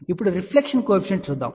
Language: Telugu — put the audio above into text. ఇప్పుడు రిఫ్లెక్షన్ కోఎఫీషియంట్ చూద్దాం